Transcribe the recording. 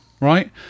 right